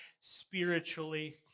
spiritually